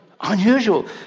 unusual